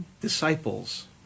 disciples